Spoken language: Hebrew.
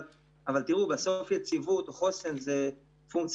אבל בסוף יציבות או חוסן זה פונקציה